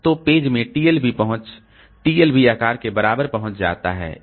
तो पेज में TLB पहुंच TLB आकार के बराबर पहुँच जाता है